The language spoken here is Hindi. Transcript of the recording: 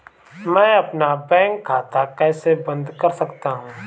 मैं अपना बैंक खाता कैसे बंद कर सकता हूँ?